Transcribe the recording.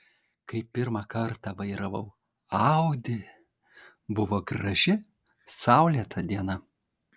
kai pirmą kartą vairavau audi buvo graži saulėta diena